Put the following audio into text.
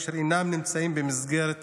אשר אינם נמצאים במסגרת כלל.